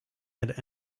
had